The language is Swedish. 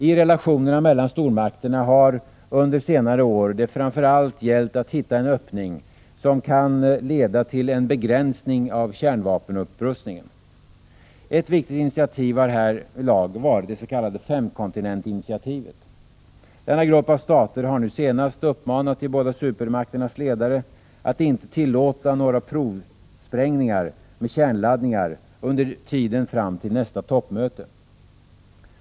I relationerna mellan stormakterna har det under senare år framför allt gällt att hitta en öppning som kan leda till en begränsning av kärnvapenupp rustningen. Ett viktigt initiativ har därvidlag varit det s.k. femkontinentinitiativet. Denna grupp av stater har nu senast uppmanat de båda supermakternas ledare att inte tillåta några provsprängningar med kärnladdningar under tiden fram till nästa toppmöte.